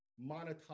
monetize